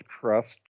trust